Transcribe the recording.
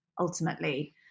ultimately